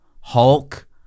Hulk